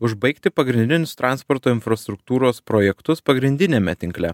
užbaigti pagrindinius transporto infrastruktūros projektus pagrindiniame tinkle